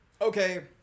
okay